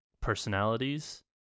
personalities